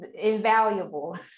invaluable